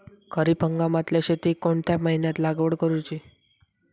खरीप हंगामातल्या शेतीक कोणत्या महिन्यात लागवड करूची?